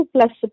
Plus